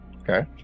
Okay